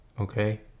Okay